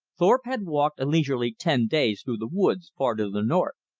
thorpe had walked a leisurely ten days through the woods far to the north.